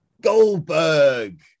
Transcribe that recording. Goldberg